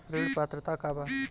ऋण पात्रता का बा?